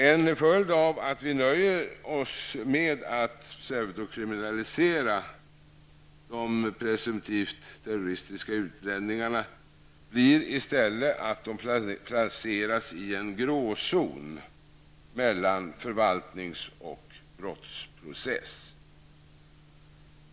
En följd av att vi nöjer oss med att ''pseudokriminalisera'' de presumtivt terroristiska utlänningarna blir i stället att de placeras i en gråzon mellan förvaltnings och brottmålsprocess.